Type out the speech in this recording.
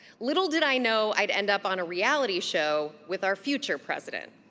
little did i know i'd end up on a reality show with our future president.